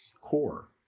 core